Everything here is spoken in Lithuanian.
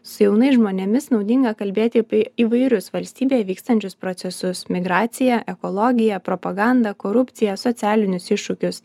su jaunais žmonėmis naudinga kalbėti apie įvairius valstybėje vykstančius procesus migraciją ekologiją propagandą korupciją socialinius iššūkius